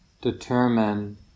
determine